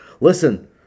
Listen